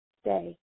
stay